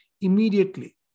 immediately